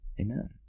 Amen